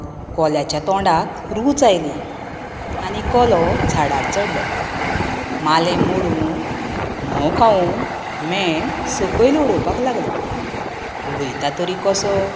कोल्याच्या तोंडाक रूच आयली आनी कोलो झाडार चडलो मालें मोडून म्होव खावून मेण सकयल उडोवपाक लागलो उडयता तरी कसो